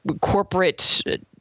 corporate